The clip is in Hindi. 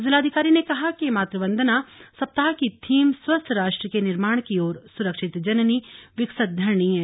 जिलाधिकारी ने कहा कि मातु वंदना सप्ताह की थीम स्वस्थ राष्ट्र के निर्माण की ओर सुरक्षित जननी विकसित धरणी हैं